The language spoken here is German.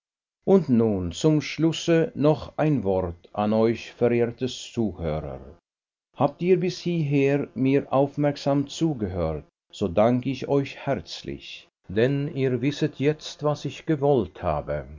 und nun zum schlusse noch ein wort an euch verehrte zuhörer habt ihr bis hierher mir aufmerksam zugehört so danke ich euch herzlich denn ihr wisset jetzt was ich gewollt habe